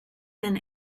then